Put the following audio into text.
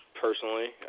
personally